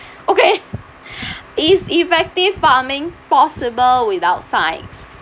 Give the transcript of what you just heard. okay is effective farming possible without science